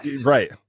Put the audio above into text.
Right